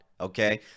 Okay